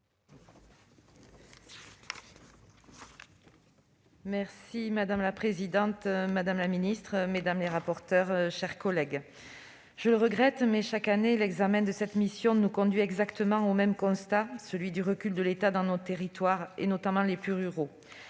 Madame la présidente, madame la ministre, mes chers collègues, je le regrette, mais chaque année l'examen de cette mission nous conduit exactement au même constat, celui du recul de l'État dans nos territoires, notamment les plus ruraux.